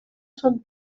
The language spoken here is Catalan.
són